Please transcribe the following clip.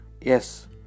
yes